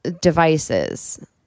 devices